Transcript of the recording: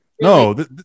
No